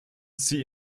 sie